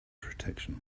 protection